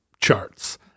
charts